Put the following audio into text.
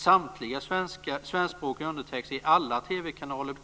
Samtliga svenskspråkiga undertexter i alla TV-kanaler